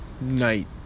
night